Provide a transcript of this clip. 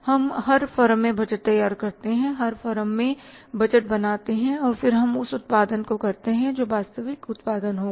हम हर फर्म में बजट तैयार करते हैं हर फर्म में बजट बनाते हैं और फिर हम उस उत्पादन को करते हैं जो वास्तविक उत्पादन होगा